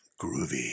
groovy